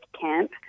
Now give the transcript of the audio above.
camp